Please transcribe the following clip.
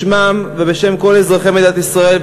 בשמם ובשם כל אזרחי מדינת ישראל,